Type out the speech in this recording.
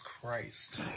Christ